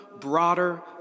broader